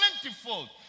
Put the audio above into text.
plentiful